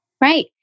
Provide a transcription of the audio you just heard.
Right